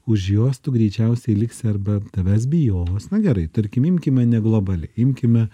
už juos tu greičiausiai liksi arba tavęs bijo na gerai tarkim imkime ne globaliai imkime